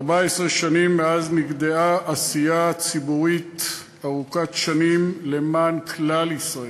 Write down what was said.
14 שנים מאז נגדעה עשייה ציבורית ארוכת שנים למען כלל ישראל,